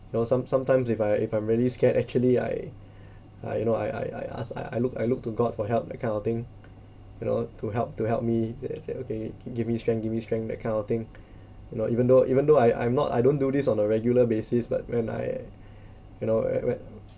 you know some sometimes if I if I'm really scared actually I I you know I I I ask I look I look to god for help that kind of thing you know to help to help me that said okay give me strength give me strength that kind of thing you know even though even though I I'm not I don't do this on a regular basis but when I you know whe~ when